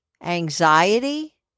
anxiety